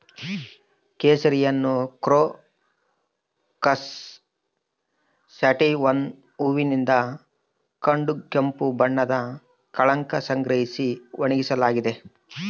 ಕೇಸರಿಯನ್ನುಕ್ರೋಕಸ್ ಸ್ಯಾಟಿವಸ್ನ ಹೂವಿನಿಂದ ಕಡುಗೆಂಪು ಬಣ್ಣದ ಕಳಂಕ ಸಂಗ್ರಹಿಸಿ ಒಣಗಿಸಲಾಗಿದೆ